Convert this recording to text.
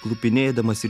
klupinėdamas ir